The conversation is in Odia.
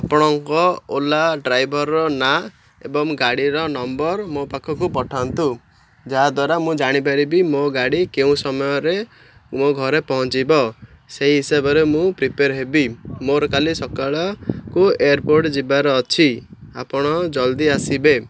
ଆପଣଙ୍କ ଓଲା ଡ୍ରାଇଭର୍ର ନାଁ ଏବଂ ଗାଡ଼ିର ନମ୍ବର୍ ମୋ ପାଖକୁ ପଠାନ୍ତୁ ଯାହାଦ୍ୱାରା ମୁଁ ଜାଣିପାରିବି ମୋ ଗାଡ଼ି କେଉଁ ସମୟରେ ମୋ ଘରେ ପହଞ୍ଚିବ ସେଇ ହିସାବରେ ମୁଁ ପ୍ରିପେୟାର୍ ହେବି ମୋର କାଲି ସକାଳକୁ ଏୟାର୍ପୋର୍ଟ ଯିବାର ଅଛି ଆପଣ ଜଲ୍ଦି ଆସିବେ